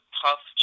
tough